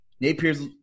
Napier's